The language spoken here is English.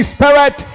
Spirit